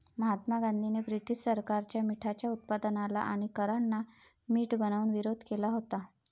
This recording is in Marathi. महात्मा गांधींनी ब्रिटीश सरकारच्या मिठाच्या उत्पादनाला आणि करांना मीठ बनवून विरोध केला होता